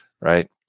right